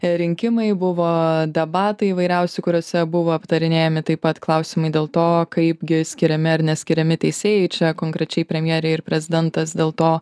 rinkimai buvo debatai įvairiausi kuriuose buvo aptarinėjami taip pat klausimai dėl to kaipgi skiriami ar neskiriami teisėjai čia konkrečiai premjerė ir prezidentas dėl to